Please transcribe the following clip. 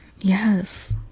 Yes